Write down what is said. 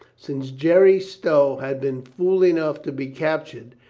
since jerry stow had been fool enough to be captured,